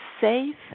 safe